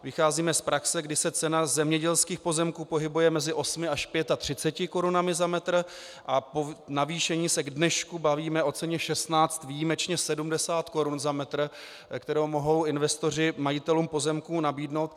Vycházíme z praxe, kdy se cena zemědělských pozemků pohybuje mezi 8 až 35 korunami za metr, a po navýšení se k dnešku bavíme o ceně 16, výjimečně 70 korun za metr, kterou mohou investoři majitelům pozemků nabídnout.